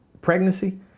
pregnancy